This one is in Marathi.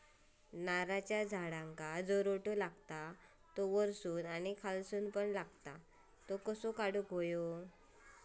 नारळाच्या झाडांका जो रोटो लागता तो वर्सून आणि खालसून पण लागता तो कसो काडूचो?